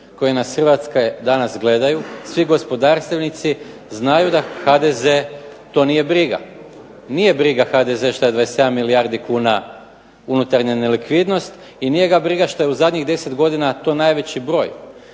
koji nas iz Hrvatske danas gledaju, svi gospodarstvenici znaju da HDZ to nije briga. Nije briga HDZ šta je 27 milijardi kuna unutarnja nelikvidnost i nije ga briga šta je u zadnjih 10 godina to najveći broj.